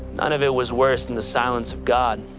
none of it was worse than the silence of god.